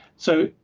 so,